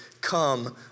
come